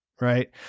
right